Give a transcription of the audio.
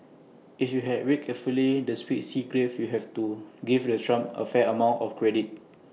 if you had read carefully the speech Xi grave you have to give the Trump A fair amount of credit